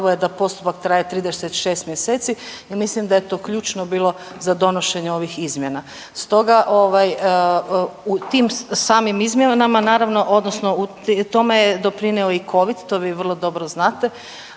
je da postupak traje 36 mj. i mislim da je to ključno bilo za donošenje ovih izmjena. Stoga, u tim samim izmjenama naravno odnosno u tome je doprinio i COVID, to vi vrlo dobro znate